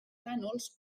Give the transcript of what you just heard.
plànols